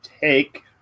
take